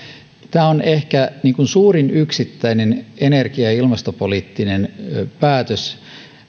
tämä on ehkä suurin yksittäinen energia ja ilmastopoliittinen päätös